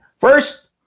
First